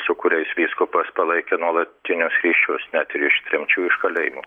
su kuriais vyskupas palaikė nuolatinius ryšius net ir iš tremčių iš kalėjimo